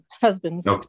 husband's